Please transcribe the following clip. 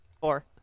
Four